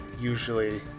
usually